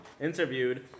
Interviewed